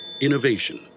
Innovation